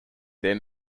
then